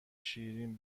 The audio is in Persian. شیرین